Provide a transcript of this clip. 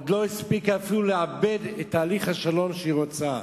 עוד לא הספיקה אפילו לעבד את תהליך השלום שהיא רוצה,